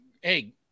Hey